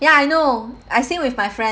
ya I know I sing with my friends